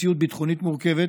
ובמציאות ביטחונית מורכבת,